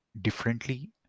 differently